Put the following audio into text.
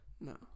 No